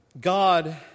God